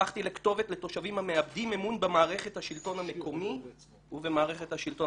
הפכתי לכתובת לתושבים המאבדים אמון במערכת השלטון המקומי ובמערכת השלטון